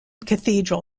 cathedral